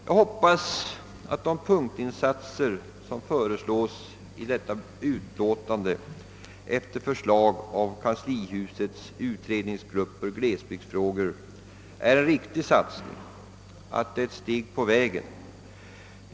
Jag hoppas att de punktinsatser som föreslås i detta utlåtande efter förslag av kanslihusets utredningsgrupp för glesbygdsfrågor är en riktig satsning och att de utgör ett steg på vägen.